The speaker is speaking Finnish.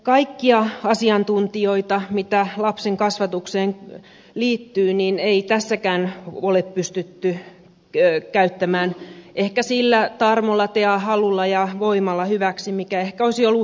kaikkia asiantuntijoita joita lapsen kasvatukseen liittyy ei tässäkään ole pystytty käyttämään hyväksi sillä tarmolla halulla ja voimalla mikä ehkä olisi ollut hyväksi